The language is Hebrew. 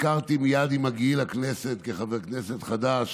הכרתי מייד עם הגיעי לכנסת כחבר כנסת חדש